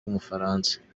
w’umufaransa